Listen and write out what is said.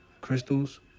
Crystals